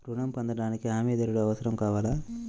ఋణం పొందటానికి హమీదారుడు అవసరం కావాలా?